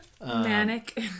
manic